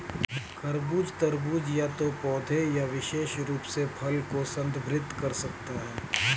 खरबूज, तरबूज या तो पौधे या विशेष रूप से फल को संदर्भित कर सकता है